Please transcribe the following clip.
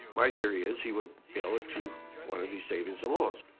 my theory is he would mail it to one of these savings and loans.